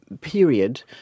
period